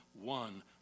one